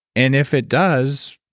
and if it does,